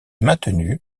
maintenu